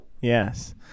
Yes